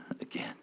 again